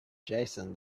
jason